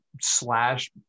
slash